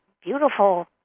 beautiful